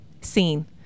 seen